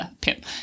Pip